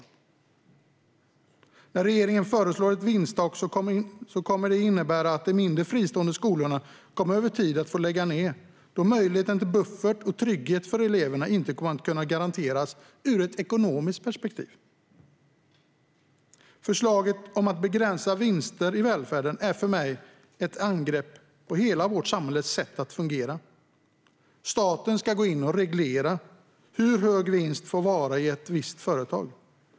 Det vinsttak regeringen föreslår kommer att innebära att de mindre fristående skolorna över tid kommer att få lägga ned, då möjligheten till buffert och tryggheten för eleverna inte kommer att kunna garanteras ur ett ekonomiskt perspektiv. Förslaget om att begränsa vinster i välfärden är för mig ett angrepp på hela vårt samhälles sätt att fungera. Staten ska gå in och reglera hur hög vinsten får vara i ett visst företag.